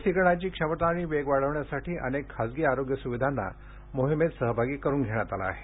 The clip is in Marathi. लसीकरणाची क्षमता आणि वेग वाढवण्यासाठी अनेक खासगी आरोग्य सुविधांना मोहिमेत सहभागी करून घेण्यात आलं आहे